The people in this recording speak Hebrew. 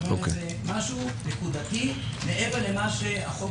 כלומר זה משהו נקודתי מעבר למה שהחוק